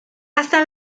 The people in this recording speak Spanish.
hasta